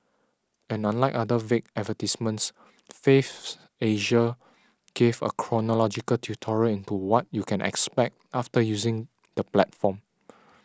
and unlike other vague advertisements Faves Asia gave a chronological tutorial into what you can expect after using the platform